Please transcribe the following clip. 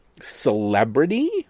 celebrity